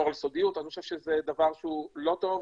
על סודיות אני חושב שזה דבר לא טוב.